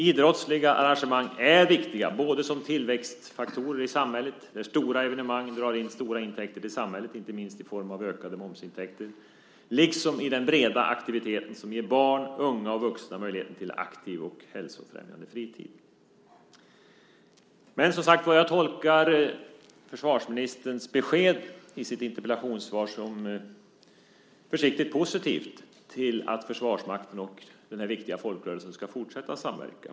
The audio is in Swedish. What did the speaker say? Idrottsliga arrangemang är viktiga - både som tillväxtfaktorer i samhället, där stora evenemang drar in stora intäkter till samhället, inte minst i form av ökade momsintäkter, och i den breda aktivitet som ger barn, unga och vuxna möjligheten till en aktiv och hälsofrämjande fritid. Som sagt var, jag tolkar försvarsministerns besked i sitt interpellationssvar som försiktigt positivt till att Försvarsmakten och denna viktiga folkrörelse ska fortsätta samverka.